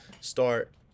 start